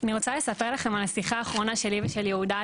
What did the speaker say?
אני רוצה לספר לכם על השיחה האחרונה שלי ושל יהודה.